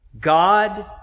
God